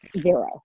zero